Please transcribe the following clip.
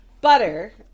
butter